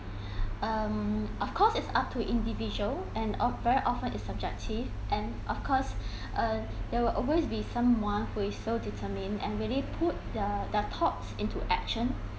um of course it's up to individual and of~ very often is subjective and of course um there will always be someone who is so determined and really put their thoughts into action